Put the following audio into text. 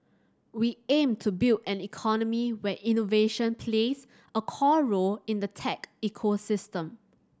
we aim to build an economy where innovation plays a core role in the tech ecosystem